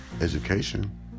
education